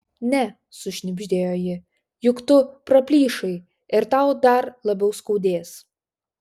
ne sušnibždėjo ji juk tu praplyšai ir tau dar labiau skaudės